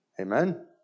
Amen